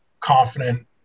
confident